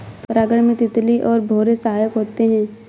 परागण में तितली और भौरे सहायक होते है